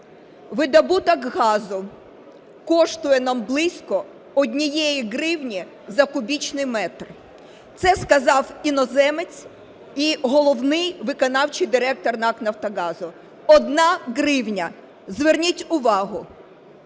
"Видобуток газу коштує нам близько 1 гривні за кубічний метр". Це сказав іноземець і головний виконавчий директор НАК "Нафтогазу". 1 гривня, зверніть увагу.